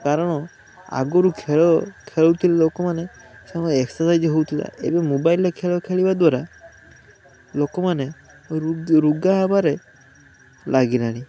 କାରଣ ଆଗରୁ ଖେଳ ଖେଳୁଥିଲେ ଲୋକମାନେ ସବୁ ଏକ୍ସରସାଇଜ୍ ହେଉଥିଲା ଏବଂ ମୋବାଇଲ୍ରେ ଖେଳ ଖେଳିବା ଦ୍ୱାରା ଲୋକମାନେ ରୋଗା ହେବାରେ ଲାଗିଲେଣି